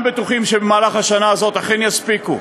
בטוחים שבמהלך השנה הזאת אכן יספיקו.